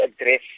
address